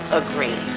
agree